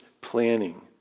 planning